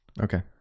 okay